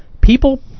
People